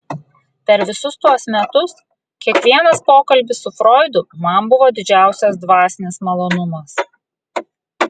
per visus tuos metus kiekvienas pokalbis su froidu man buvo didžiausias dvasinis malonumas